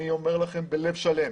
אני אומר לכם בלב שלם